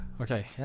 okay